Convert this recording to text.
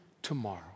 tomorrow